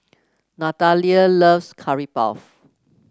Natalia loves Curry Puff